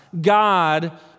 God